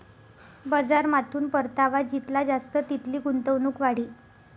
बजारमाथून परतावा जितला जास्त तितली गुंतवणूक वाढी